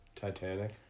Titanic